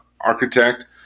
architect